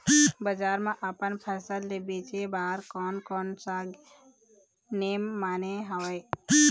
बजार मा अपन फसल ले बेचे बार कोन कौन सा नेम माने हवे?